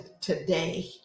today